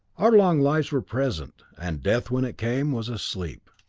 our long lives were pleasant, and death, when it came, was a sleep.